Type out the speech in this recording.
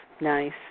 nice